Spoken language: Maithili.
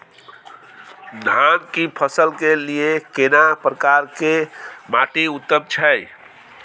धान की फसल के लिये केना प्रकार के माटी उत्तम छै?